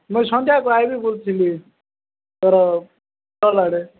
ମୁଇଁ ସନ୍ଧ୍ୟାକୁ ଆସିବି କହୁଥିଲି ତୋର ଷ୍ଟଲ୍ ଆଡ଼େ